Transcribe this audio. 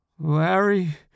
Larry